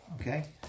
okay